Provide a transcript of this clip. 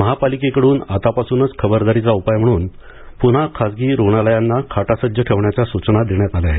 महापालिकेकड्रन आतापासूनच खबरदारीचा उपाय म्हणून पुन्हा खासगी हॉस्पिटलला खाटा सज्ज ठेवण्याच्या सूचना करण्यात आल्या आहेत